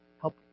help